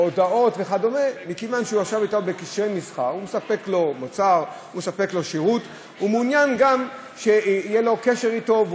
הודעות וכדומה לאחד שאין לו שום קשר אתו.